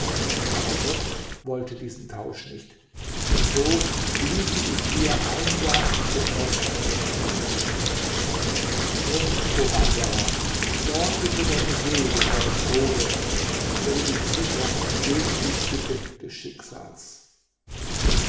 aber gott wollte diesen tausch nicht und so liege ich hier einsam getrennt von den freunden drum o wanderer sorge für deine seele vor dem tode und stelle dich sicher gegen die tücke des schicksals